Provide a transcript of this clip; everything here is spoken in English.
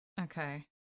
Okay